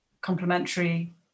complementary